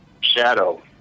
shadow